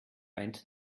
feind